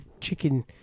chicken